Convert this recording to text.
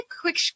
quick